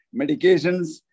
medications